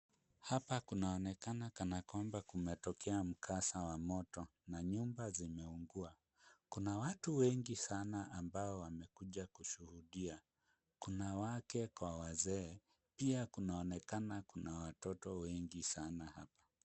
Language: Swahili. Hapa kunaonekana kana kwamba kumetokea mkasa wa moto na nyumba zimeungua. Kuna watu wengi sana ambao wamekuja kushuhudia. Kuna wake kwa wazee pia kunaonekana kuna watoto wengi sana hapa.